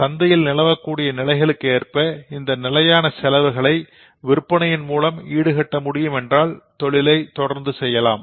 சந்தையில் நிலவக்கூடிய நிலைகளுக்கு ஏற்ப இந்த நிலையான செலவுகளை விற்பனையின் மூலமாக ஈடு கட்ட முடியும் என்றால் தொழிலை செய்யலாம்